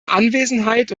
anwesenheit